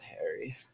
Harry